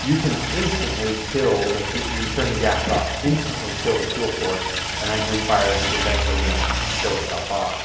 you can instantly kill the fuel. you can turn the gas off, instantly kill the fuel source and that grease fire is and eventually gonna kill itself off